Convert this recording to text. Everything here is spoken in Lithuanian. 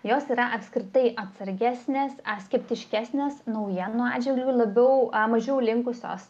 jos yra apskritai atsargesnės skeptiškesnės naujienų atžvilgiu labiau mažiau linkusios